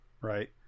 right